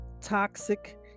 toxic